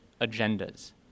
agendas